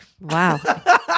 wow